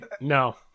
No